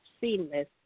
seamless